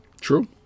True